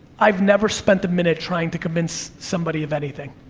i've never spent a minute trying to convince somebody of anything.